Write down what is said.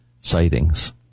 sightings